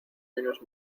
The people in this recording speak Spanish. menos